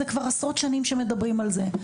עשרות שנים מדברים על זה,